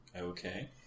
Okay